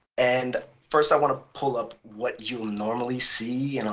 and first, i want to pull up what you normally see, and